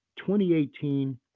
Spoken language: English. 2018